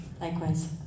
Likewise